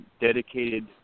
dedicated